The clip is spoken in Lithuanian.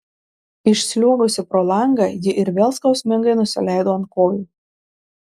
išsliuogusi pro langą ji ir vėl skausmingai nusileido ant kojų